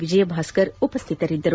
ವಿಜಯ್ಭಾಸ್ಕರ್ ಉಪಸ್ಥಿತರಿದ್ದರು